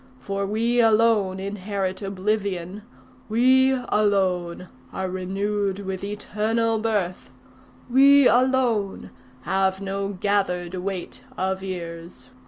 for we alone inherit oblivion we alone are renewed with eternal birth we alone have no gathered weight of years.